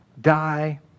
die